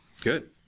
good